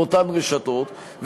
באותן רשתות,